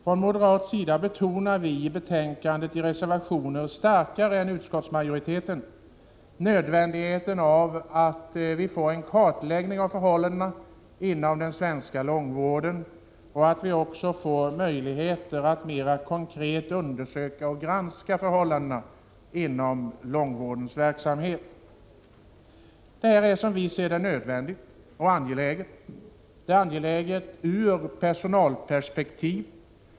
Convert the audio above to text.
Vi moderater betonar i reservationer till betänkandet starkare än utskottsmajoriteten nödvändigheten av att få en kartläggning av förhållandena inom den svenska långvården och också möjligheten att mer konkret undersöka och granska förhållandena inom långvårdens verksamhet. Detta är, som vi ser det, nödvändigt. Det är angeläget ur personalperspektiv.